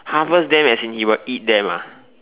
harvest them as in he will eat them ah